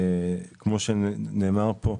כמו שנאמר פה,